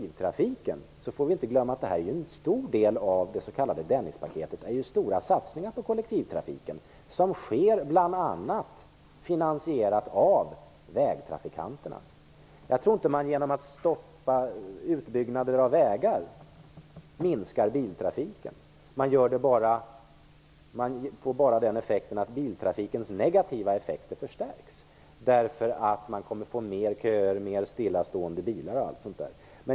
Vi får inte glömma att en stor del av det s.k. Dennispaketet gäller satsningar på kollektivtrafiken, som bl.a. är finansierade av vägtrafikanterna. Jag tror inte att man minskar biltrafiken genom att stoppa utbyggnader av vägar. Det leder bara till att biltrafikens negativa effekter förstärks, eftersom det blir fler köer med fler stillastående bilar.